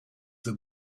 the